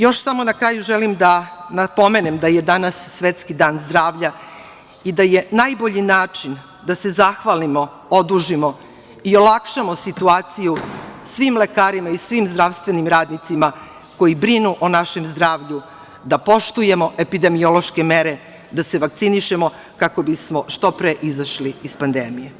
Još samo na kraju želim da napomenem da je danas Svetski dan zdravlja i da je ne najbolji način da se zahvalimo, odužimo i olakšamo situaciju svim lekarima i svim zdravstvenim radnicima koji brinu o našem zdravlju, da poštujemo epidemiološke mere, da se vakcinišemo kako bismo što pre izašli iz pandemije.